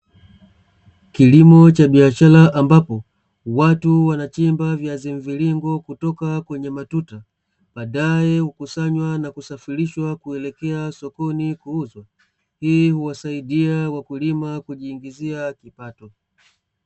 Kilimo cha biashara ambapo, watu wanachimba viazi mviringo kutoka kwenye matuta, baadaye hukusanywa na kusafirishwa kuelekea sokoni kuuzwa, hii huwasaidia wakulima kujiingizia kipato.